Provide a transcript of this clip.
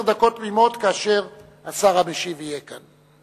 דקות תמימות כאשר השר המשיב יהיה כאן.